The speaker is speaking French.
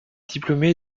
diplômé